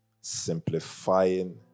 simplifying